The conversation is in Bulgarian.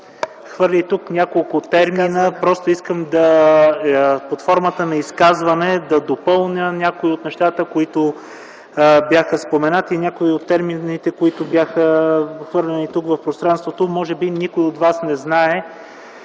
хвърли тук няколко термина, просто искам под формата на изказване да допълня някои от нещата, които бяха споменати, някои от термините, които бяха подхвърлени тук в пространството. Може би никой от вас не знае